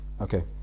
Okay